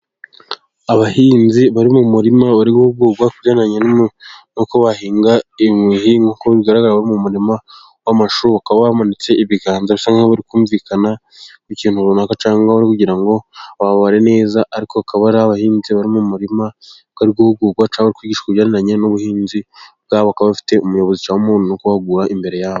Abahinzi bari mu murima bari guhugurwa, kubigendanye nuko bahinga bigaragara mu murima w'amashu, ukaba bamanitse ibiganza nkaho bari kumvikana ku kintu runaka, cyangwa ngo babare neza, ariko ukaba ari abahinzi bari mu umurima bari guhugurwa cyangwa kwigishashwa ibijyanye n'ubuhinzi bwabo, bakaba bafite umuyobozi urikubahugura imbere yabo.